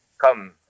Come